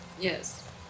Yes